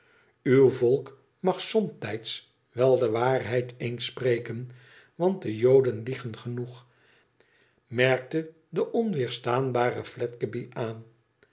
uw volk mag somtijds wel de waarheid eens spreken want de joden liegen genoeg merkte de onweerstaanbare fledgeby aan